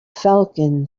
falcon